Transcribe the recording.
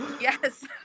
yes